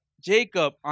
Jacob